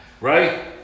right